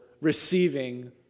receiving